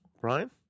Brian